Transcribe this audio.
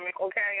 okay